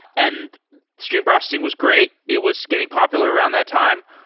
and streamed processing was great. it was getting popular around that time,